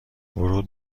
ورود